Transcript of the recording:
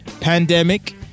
pandemic